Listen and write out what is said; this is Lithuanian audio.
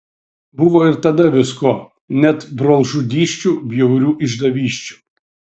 buvo ir tada visko net brolžudysčių bjaurių išdavysčių